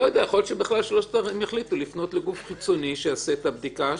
יכול להיות שבכלל שלושתם יחליטו לפנות לגוף חיצוני שיעשה את הבדיקה.